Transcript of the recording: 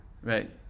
Right